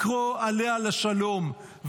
לקרוא עליה לשלום,